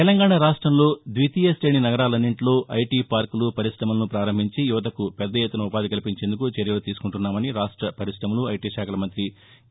తెలంగాణ రాష్టంలో ద్వితీయ క్రేణి నగరాలన్నింటిలో ఐటీ పార్కులు పరిశమలను పారంభించి యువతకు పెద్దఎత్తుస ఉపాధి కల్పించేందుకు చర్యలు తీసుకుంటున్నామని రాష్ట పరిశమలు ఐటీ శాఖల మంతి కే